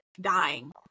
dying